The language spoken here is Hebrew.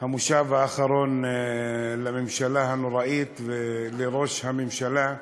המושב האחרון לממשלה הנוראית ולראש הממשלה,